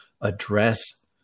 address